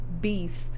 beast